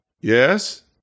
yes